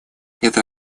это